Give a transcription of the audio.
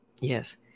Yes